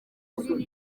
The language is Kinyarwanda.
muri